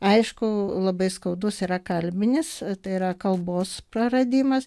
aišku labai skaudus yra kalbinis tai yra kalbos praradimas